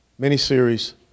miniseries